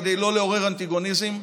כדי לא לעורר אנטגוניזם,